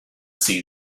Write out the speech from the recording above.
see